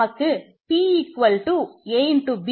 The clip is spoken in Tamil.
நமக்கு p a